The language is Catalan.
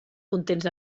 contents